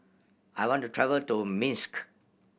I want to travel to Minsk